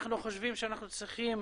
אנחנו חושבים שאנחנו צריכים